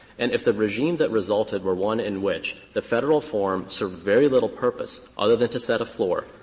and if the regime that resulted were one in which the federal form served very little purpose other than to set a floor,